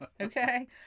okay